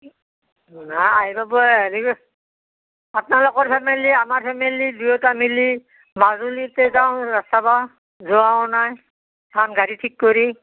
নাই আহিব পাৰে আপনালোকৰ ফেমিলি আমাৰ ফেমিলি দুয়োটা মিলি মাজুলীতে যাওঁ ৰাস চাবা যোৱাও নাই এখান গাড়ী ঠিক কৰি